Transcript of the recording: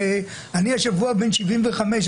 השבוע אני בן 75,